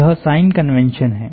यह sign convention हैं